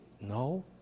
No